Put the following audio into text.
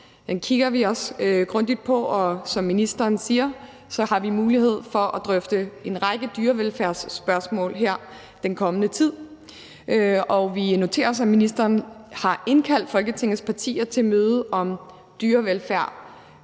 Den kigger vi også grundigt på, og som ministeren siger, har vi mulighed for at drøfte en række dyrevelfærdsspørgsmål her den kommende tid. Vi noterer os, at ministeren har indkaldt Folketingets partier til møde om dyrevelfærd.